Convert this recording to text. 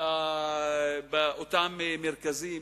באותם מרכזים,